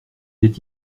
est